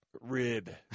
Rib